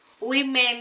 women